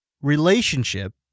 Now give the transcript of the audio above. relationship